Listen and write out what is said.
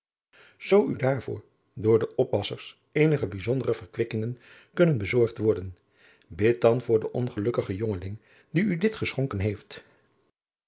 zoo u daarvoor door de oppassers eenige bijzondere verkwikkingen kunnen bezorgd worden bid dan voor den ongelukkigen jongeling die u dit geschonken heeft